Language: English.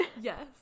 yes